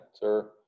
sir